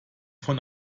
von